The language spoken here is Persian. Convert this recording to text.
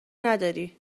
نداری